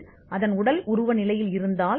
அது அதன் உடல் நிலையில் இருந்தால்